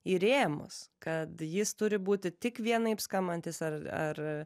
į rėmus kad jis turi būti tik vienaip skambantis ar ar